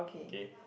okay